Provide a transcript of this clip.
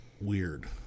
weird